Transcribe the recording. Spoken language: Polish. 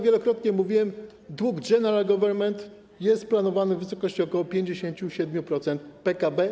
Wielokrotnie mówiłem, że dług general government jest planowany w wysokości ok. 57% PKB.